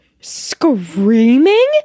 screaming